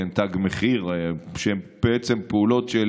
"תג מחיר", שהן פעולות של